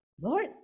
lord